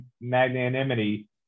magnanimity